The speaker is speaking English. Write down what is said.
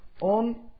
on